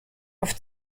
auf